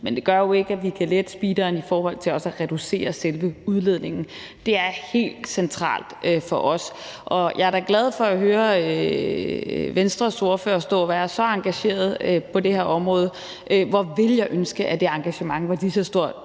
men det gør jo ikke, at vi kan lette på speederen i forhold til at reducere selve udledningen. Det er helt centralt for os. Og jeg er da glad for at høre Venstres ordfører stå og være så engageret på det her område; hvor ville jeg ønske, at det engagement var lige så stort,